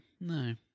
no